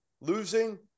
losing